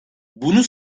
bunu